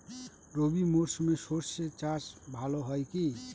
রবি মরশুমে সর্ষে চাস ভালো হয় কি?